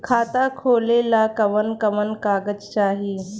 खाता खोलेला कवन कवन कागज चाहीं?